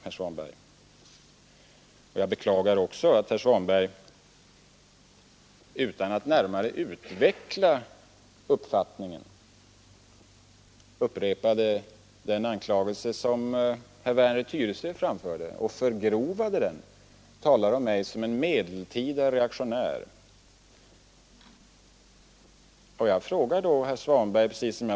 Är det reaktionärt att säga att man inte skall ha ett system som gör att man diskriminerar gifta människor?